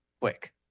quick